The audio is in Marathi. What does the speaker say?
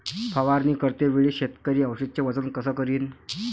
फवारणी करते वेळी शेतकरी औषधचे वजन कस करीन?